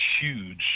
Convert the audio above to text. huge